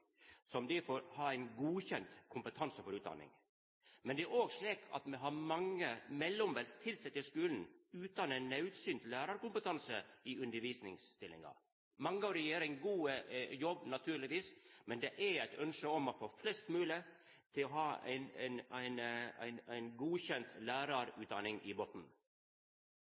som difor har ein godkjend kompetanse for utdanning, men me har òg mange mellombels tilsette i skulen utan ein nødvendig lærarkompetanse i undervisningsstillinga. Mange av dei gjer ein god jobb, naturlegvis, men det er eit ønske om å få flest mogleg til å ha